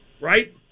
Right